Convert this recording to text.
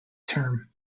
term